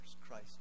Christ